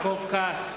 אינו נוכח יעקב כץ,